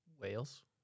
Wales